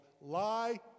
Lie